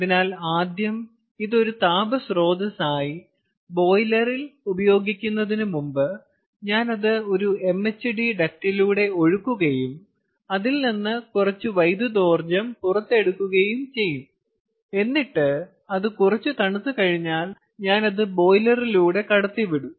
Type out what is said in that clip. അതിനാൽ ആദ്യം ഇത് ഒരു താപ സ്രോതസ്സായി ബോയിലറിൽ ഉപയോഗിക്കുന്നതിന് മുമ്പ് ഞാൻ അത് ഒരു MHD ഡക്റ്റിലൂടെ ഒഴുക്കുകയും അതിൽ നിന്ന് കുറച്ച് വൈദ്യുതോർജ്ജം പുറത്തെടുക്കുകയും ചെയ്യും എന്നിട്ട് അത് കുറച്ചു തണുത്തുകഴിഞ്ഞാൽ ഞാൻ അത് ബോയിലറിലൂടെ കടത്തിവിടും